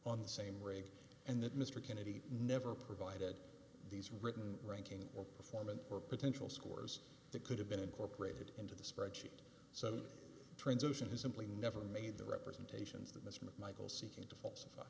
on the same rake and that mr kennedy never provided these written ranking or performance or potential scores that could have been incorporated into the spreadsheet seven transition is simply never made the representations that michael seeking to